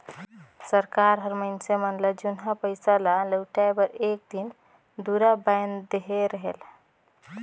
सरकार हर मइनसे मन ल जुनहा पइसा ल लहुटाए बर एक दिन दुरा बांएध देहे रहेल